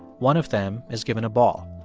one of them is given a ball.